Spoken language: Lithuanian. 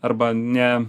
arba ne